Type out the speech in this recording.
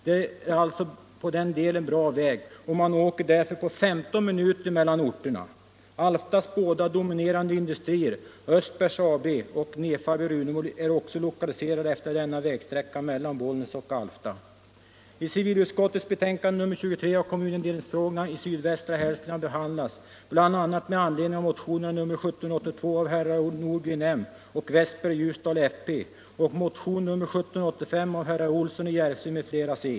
Det är alltså på den delen bra väg, och man åker därför på 15 minuter mellan orterna. Alftas båda dominerande industrier, Östbergs Fabriks AB och Nefab AB i Runemo, är också lokaliserade efter denna vägsträcka mellan Bollnäs och Alfta. I civilutskottets betänkande nr 23 har kommunindelningsfrågorna i sydvästra Hälsingland behandlats bl.a. med anledning av motionen 1782 av herrar Nordgren och Westberg i Ljusdal samt motionen 1785 av herr Olsson i Järvsö m.fl. .